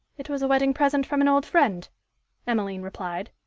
it was a wedding present from an old friend emmeline replied,